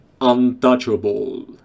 untouchable